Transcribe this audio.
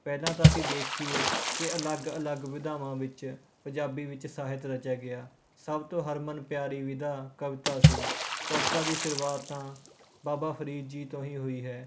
ਪਹਿਲਾਂ ਤਾਂ ਅਸੀਂ ਦੇਖੀਏ ਕਿ ਅਲੱਗ ਅਲੱਗ ਵਿਧਾਵਾਂ ਵਿੱਚ ਪੰਜਾਬੀ ਵਿੱਚ ਸਾਹਿਤ ਰਚਿਆ ਗਿਆ ਸਭ ਤੋਂ ਹਰਮਨ ਪਿਆਰੀ ਵਿਧਾ ਕਵਿਤਾ ਸੀ ਕਵਿਤਾ ਦੀ ਸ਼ੁਰੂਆਤ ਤਾਂ ਬਾਬਾ ਫ਼ਰੀਦ ਜੀ ਤੋਂ ਹੀ ਹੋਈ ਹੈ